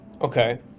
okay